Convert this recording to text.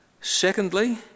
Secondly